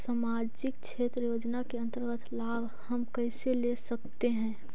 समाजिक क्षेत्र योजना के अंतर्गत लाभ हम कैसे ले सकतें हैं?